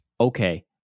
Okay